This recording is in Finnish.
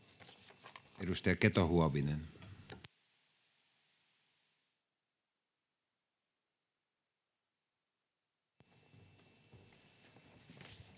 Edustaja Keto-Huovinen.